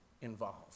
involved